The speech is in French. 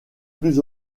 plus